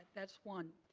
that's one.